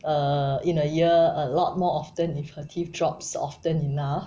err in a year a lot more often if her teeth drops often enough